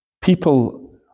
People